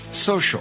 social